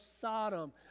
Sodom